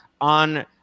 on